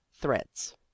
Threads